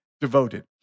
devoted